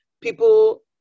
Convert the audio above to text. people